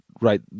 Right